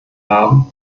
haben